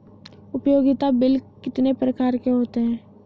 उपयोगिता बिल कितने प्रकार के होते हैं?